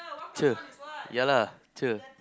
cher yeah lah cher